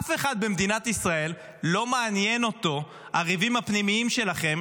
את אף אחד במדינת ישראל לא מעניינים הריבים הפנימיים שלכם